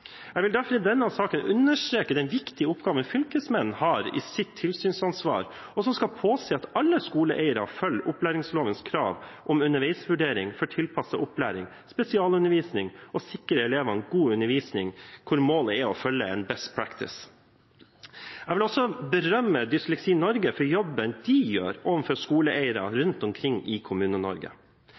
Jeg vil derfor i denne saken understreke den viktige oppgaven fylkesmennene har gjennom sitt tilsynsansvar, der de skal påse at alle skoleeiere følger opplæringslovens krav om underveisvurdering for tilpasset opplæring, spesialundervisning og sikre elevene god undervisning, hvor målet er å følge en «best practice». Jeg vil også berømme Dysleksi Norge for jobben de gjør overfor skoleeiere rundt omkring i